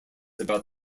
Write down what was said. about